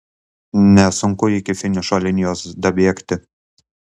nesunku iki finišo linijos dabėgti